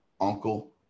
uncle